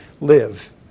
live